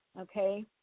Okay